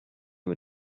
mit